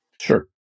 sure